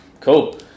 cool